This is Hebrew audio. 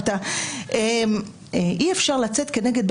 משטרת ישראל בנושא האזנות הסתר לשנת 2021,